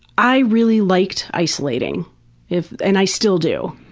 i really liked isolating if, and i still do,